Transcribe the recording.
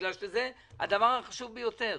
בגלל שזה הדבר החשוב ביותר.